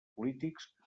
polítics